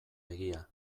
egia